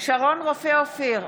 שרון רופא אופיר,